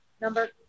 number